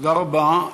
תודה רבה.